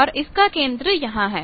और इसका केंद्र यहां है